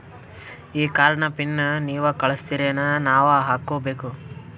ಈ ಕಾರ್ಡ್ ನ ಪಿನ್ ನೀವ ಕಳಸ್ತಿರೇನ ನಾವಾ ಹಾಕ್ಕೊ ಬೇಕು?